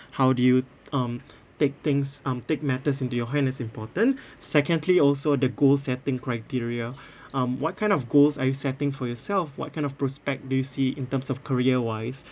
how do you um take things um take matters into your hand is important secondly also the goal setting criteria um what kind of goals are you setting for yourself what kind of prospect do you see in terms of career wise